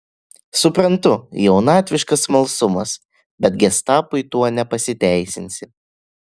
suprantu jaunatviškas smalsumas bet gestapui tuo nepasiteisinsi